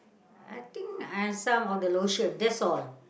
I think and some of the lotion that's all